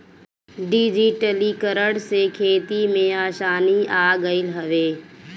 डिजिटलीकरण से खेती में आसानी आ गईल हवे